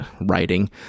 writing